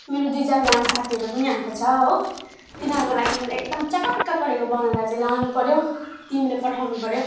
मेरो दुई चारजना साथीहरू पनि आएको छ हो तिनीहरूको लागि मैले एकदम चटक्क परेको बनाएर चाहिँ ल्याउनु पर्यो तिमीले पठाउनु पऱ्यो